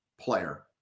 player